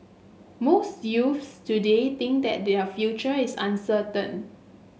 most youths today think that their future is uncertain